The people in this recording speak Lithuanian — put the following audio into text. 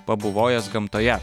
pabuvojęs gamtoje